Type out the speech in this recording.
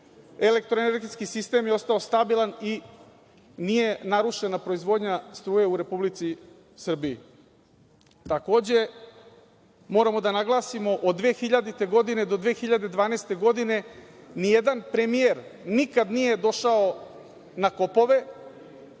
elektroenergetski sistem je ostao stabilan i nije narušena proizvodnja struje u Republici Srbiji. Takođe, moramo da naglasimo, od 2000.-2012. godine nijedan premijer nikad nije došao na kopove,